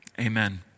Amen